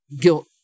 guilt